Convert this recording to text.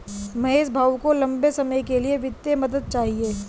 महेश भाऊ को लंबे समय के लिए वित्तीय मदद चाहिए